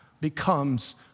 becomes